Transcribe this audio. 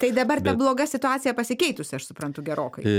tai dabar ta bloga situacija pasikeitusi aš suprantu gerokai